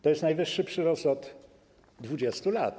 To jest najwyższy przyrost od 20 lat.